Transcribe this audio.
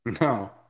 No